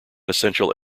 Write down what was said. essential